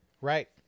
Right